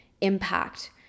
impact